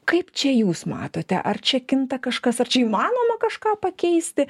kaip čia jūs matote ar čia kinta kažkas ar čia įmanoma kažką pakeisti